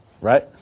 Right